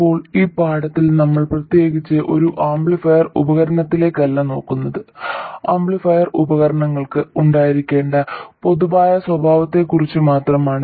ഇപ്പോൾ ഈ പാഠത്തിൽ നമ്മൾ പ്രത്യേകിച്ച് ഒരു ആംപ്ലിഫയർ ഉപകരണത്തിലേക്കല്ല നോക്കുന്നത് ആംപ്ലിഫയർ ഉപകരണങ്ങൾക്ക് ഉണ്ടായിരിക്കേണ്ട പൊതുവായ സ്വഭാവത്തെക്കുറിച്ച് മാത്രമാണ്